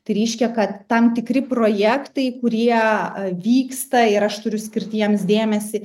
tai reiškia kad tam tikri projektai kurie vyksta ir aš turiu skirti jiems dėmesį